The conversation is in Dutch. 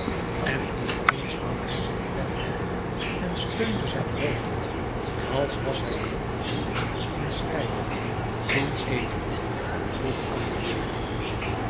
en in eens nam hij zijn pen op en steunde zijn hoofd als was hij druk verdiept in schrijven toen emilie vroeg aan de deur